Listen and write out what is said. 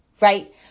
right